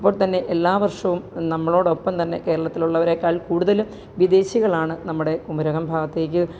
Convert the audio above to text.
അപ്പോൾ തന്നെ എല്ലാ വര്ഷവും നമ്മളോടൊപ്പം തന്നെ കേരളത്തിലുള്ളവരെക്കാള് കൂടുതൽ വിദേശികളാണ് നമ്മുടെ കുമരകം ഭാഗത്തേക്ക്